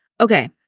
Okay